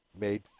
made